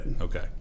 Okay